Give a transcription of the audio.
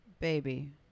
Baby